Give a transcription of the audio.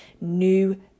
new